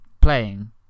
playing